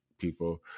people